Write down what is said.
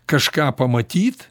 kažką pamatyt